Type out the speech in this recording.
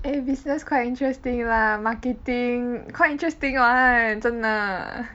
eh business quite interesting lah marketing quite interesting [one] 真的